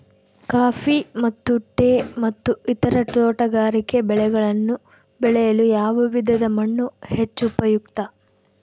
Coffee ಮತ್ತು tea ಮತ್ತು ಇತರ ತೋಟಗಾರಿಕೆ ಬೆಳೆಗಳನ್ನು ಬೆಳೆಯಲು ಯಾವ ವಿಧದ ಮಣ್ಣು ಹೆಚ್ಚು ಉಪಯುಕ್ತ?